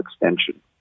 extension